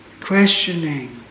questioning